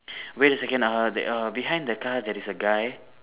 wait a second ah ha that err behind the car there is a guy